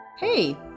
Hey